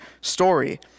story